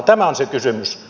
tämä on se kysymys